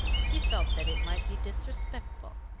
she felt that it might be disrespectful.